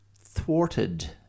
thwarted